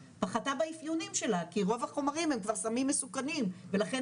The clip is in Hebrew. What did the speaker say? פחתה באפיונים שלה כי רוב החומרים הם כבר סמים מסוכנים ולכן